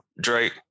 Drake